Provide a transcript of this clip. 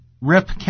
Rip